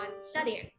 studying